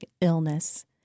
illness